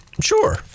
Sure